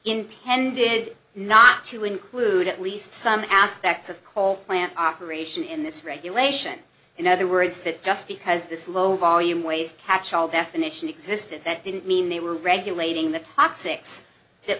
intended not to include at least some aspects of coal plant operation in this regulation in other words that just because this low volume ways catchall definition existed that didn't mean they were regulating the toxics that